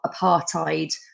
apartheid